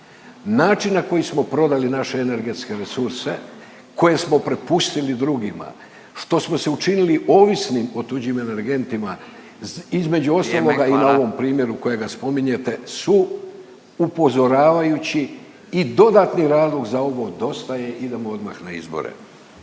Način na koji smo prodali naše energetske resurse koje smo prepustili drugima što smo se učinili ovisnim o tuđim energentima između ostaloga i na ovom primjeru kojega spominjete … …/Upadica Radin: Hvala./… … su upozoravajući i dodatni razlog za ovo dosta je, idemo odmah na izbore.